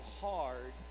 hard